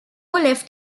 left